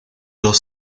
dos